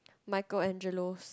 Michelangelo